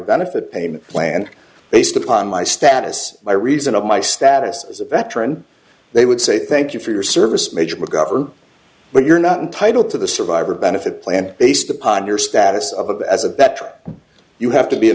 benefit payment plan based upon my status by reason of my status as a veteran they would say thank you for your service major mcgovern but you're not entitled to the survivor benefit plan based upon your status of as a better you have to be a